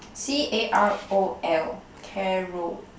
c_a_r_o_l carol